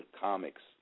comics